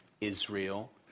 Israel